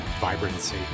vibrancy